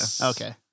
Okay